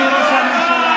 נא לשבת.